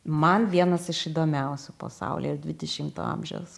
man vienas iš įdomiausių pasaulio ir dvidešimto amžiaus